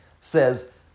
says